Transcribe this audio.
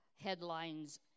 headlines